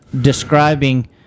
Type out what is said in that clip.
describing